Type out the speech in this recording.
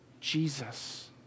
Jesus